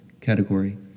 category